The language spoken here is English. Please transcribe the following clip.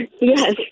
yes